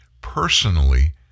personally